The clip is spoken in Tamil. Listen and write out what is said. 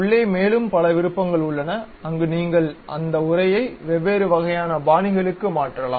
உள்ளே மேலும் பல விருப்பங்கள் உள்ளன அங்கு நீங்கள் அந்த உரையை வெவ்வேறு வகையான பாணிகளுக்கு மாற்றலாம்